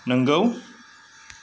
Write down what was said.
नंगौ